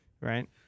Right